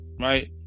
right